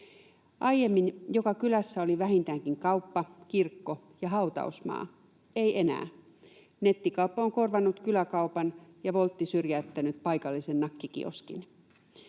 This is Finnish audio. Aiemmin joka kylässä oli vähintäänkin kauppa, kirkko ja hautausmaa — ei enää. Nettikauppa on korvannut kyläkaupan ja Wolt syrjäyttänyt paikallisen nakkikioskin.